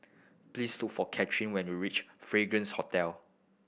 please look for Katerina when you reach Fragrance Hotel